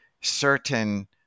certain